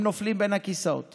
הם נופלים בין הכיסאות